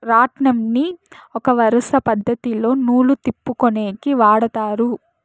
రాట్నంని ఒక వరుస పద్ధతిలో నూలు తిప్పుకొనేకి వాడతారు